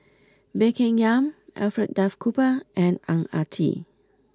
Baey Yam Keng Alfred Duff Cooper and Ang Ah Tee